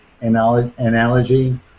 analogy